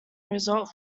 result